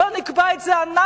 בוא נקבע את זה אנחנו,